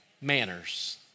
Manners